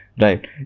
Right